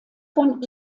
von